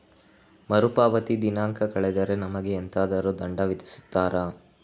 ಮರುಪಾವತಿ ದಿನಾಂಕ ಕಳೆದರೆ ನಮಗೆ ಎಂತಾದರು ದಂಡ ವಿಧಿಸುತ್ತಾರ?